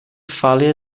fali